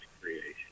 creation